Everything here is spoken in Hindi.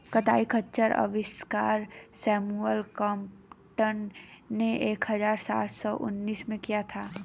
कताई खच्चर का आविष्कार सैमुअल क्रॉम्पटन ने एक हज़ार सात सौ उनासी में किया था